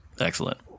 Excellent